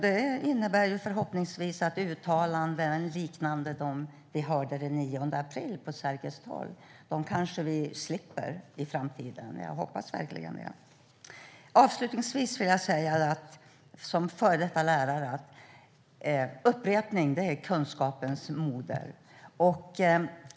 Detta innebär förhoppningsvis att vi i framtiden slipper uttalanden liknande dem vi hörde den 9 april på Sergels torg. Jag hoppas verkligen det. Avslutningsvis vill jag som före detta lärare säga att upprepning är kunskapens moder.